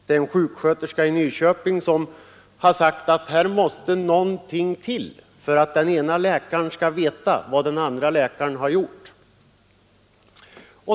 Det är en sjuksköterska i Nyköping som sagt att här måste någonting göras för att den ena läkaren skall veta vad en annan läkare har gjort.